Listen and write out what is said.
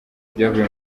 byavuye